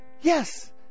Yes